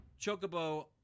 chocobo